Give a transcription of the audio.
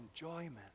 enjoyment